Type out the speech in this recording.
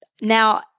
now